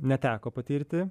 neteko patirti